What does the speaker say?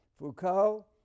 Foucault